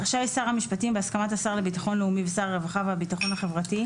רשאי שר המשפטים בהסכמת השר לביטחון לאומי ושר הרווחה והביטחון החברתי,